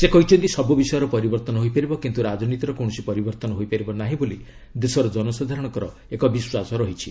ସେ କହିଛନ୍ତି ସବୁ ବିଷୟର ପରିବର୍ତ୍ତନ ହୋଇପାରିବ କିନ୍ତୁ ରାଜନୀତିର କୌଣସି ପରିବର୍ତ୍ତନ ହୋଇପାରିବ ନାହିଁ ବୋଲି ଦେଶର ଜନସାଧାରଣଙ୍କର ଏକ ବିଶ୍ୱାସ ରହିଛି